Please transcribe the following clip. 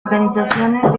organizaciones